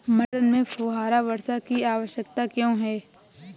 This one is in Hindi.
मटर में फुहारा वर्षा की आवश्यकता क्यो है?